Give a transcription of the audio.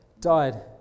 died